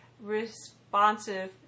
responsive